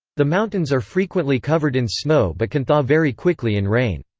the mountains are frequently covered in snow but can thaw very quickly in rain.